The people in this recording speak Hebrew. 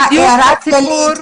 הערה כללית.